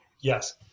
Yes